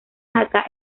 jaca